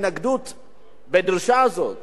לדרישה הזאת, להצעה הזאת,